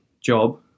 job